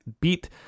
beat